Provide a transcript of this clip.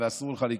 ואסור לך להיכנס,